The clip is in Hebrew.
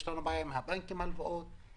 יש לנו בעיה עם הלוואות מן הבנקים,